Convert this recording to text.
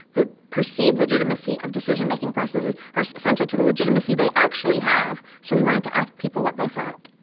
the perceived legitimacy of decision-making processes are essential to the legitimacy they actually have, so we wanted to ask people what they thought.